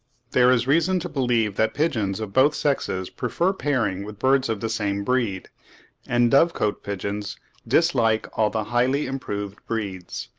there is reason to believe that pigeons of both sexes prefer pairing with birds of the same breed and dovecot-pigeons dislike all the highly improved breeds.